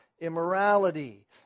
immorality